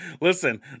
Listen